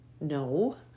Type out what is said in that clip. No